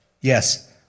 Yes